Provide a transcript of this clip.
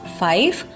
five